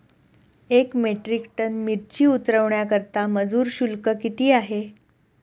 एक metric ton मिरची उतरवण्याकरता मजुर शुल्क किती आहे?